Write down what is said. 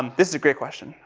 um this is a great question.